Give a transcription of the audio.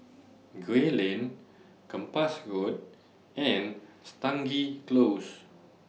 Gray Lane Kempas Road and Stangee Close